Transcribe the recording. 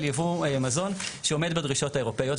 ייבוא מזון שעומד בדרישות האירופיות.